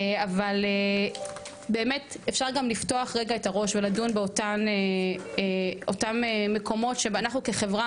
אבל אפשר לפתוח רגע את הראש ולדון באותם מקומות שאנחנו כחברה